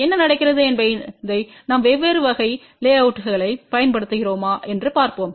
என்ன நடக்கிறது என்பதை நாம் வெவ்வேறு வகை லேஅவுட்ப்புகளைப் பயன்படுத்துகிறோமா என்று பார்ப்போம்